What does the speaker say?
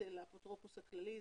אצל האפוטרופוס הכללי.